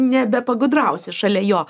nebepagudrausi šalia jo